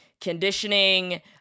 conditioning